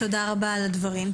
תודה רבה על הדברים.